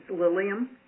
lilium